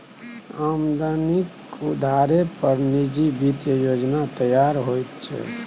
आमदनीक अधारे पर निजी वित्तीय योजना तैयार होइत छै